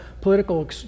political